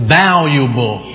valuable